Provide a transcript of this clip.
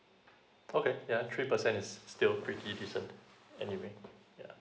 okay yeah three percent is still pretty decent anyway yeah